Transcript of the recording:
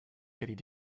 could